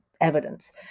evidence